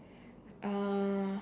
uh